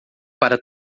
para